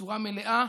בצורה מלאה,